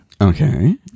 Okay